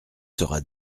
sera